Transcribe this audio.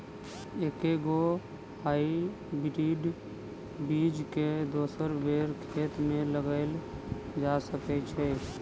एके गो हाइब्रिड बीज केँ दोसर बेर खेत मे लगैल जा सकय छै?